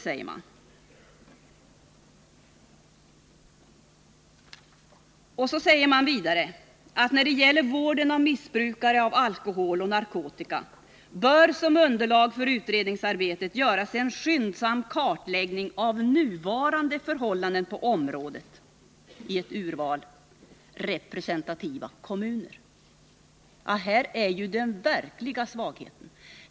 Vidare heter det att när det gäller vården av missbrukare av alkohol och narkotika bör som underlag för arbetet göras en skyndsam kartläggning av nuvarande förhållanden på området i ett urval representativa kommuner. Här är ju den verkliga svagheten.